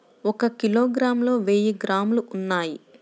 ఒక కిలోగ్రామ్ లో వెయ్యి గ్రాములు ఉన్నాయి